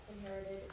inherited